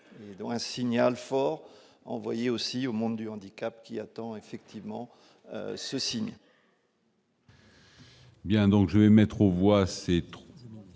un signal fort envoyé aussi au monde du handicap qui attend effectivement ceci.